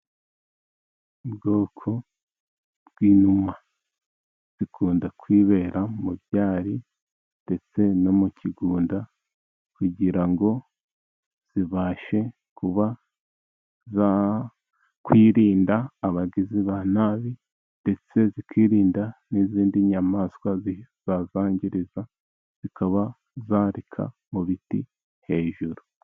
Ubwoko bw'inuma zikunda kwibera mu byari, ndetse no mu kigunda kugira ngo zibashe kuba zakwirinda abagizi ba nabi, ndetse zikirinda n'izindi nyamaswa zizangiriza, zikaba zarika mu biti hejuru.